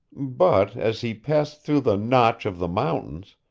but, as he passed through the notch of the mountains,